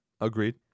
agreed